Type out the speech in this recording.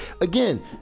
again